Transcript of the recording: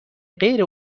غیر